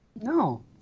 No